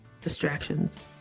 distractions